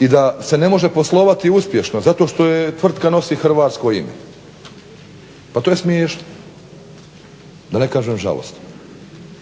i da se ne može poslovati uspješno zato što tvrtka nosi hrvatsko ime. Pa to je smiješno, da ne kažem žalosno.